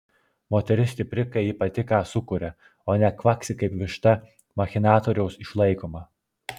moteris stipri kai ji pati ką sukuria o ne kvaksi kaip višta machinatoriaus išlaikoma